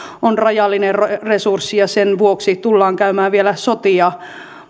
on rajallinen resurssi ja sen vuoksi tullaan käymään vielä sotia